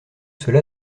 cela